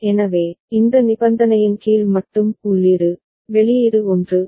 எனவே இந்த நிபந்தனையின் கீழ் மட்டும் உள்ளீடு வெளியீடு 1